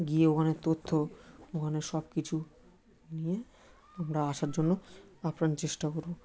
গিয়ে ওখানের তথ্য ওখানের সব কিছু নিয়ে আমরা আসার জন্য আপ্রাণ চেষ্টা করব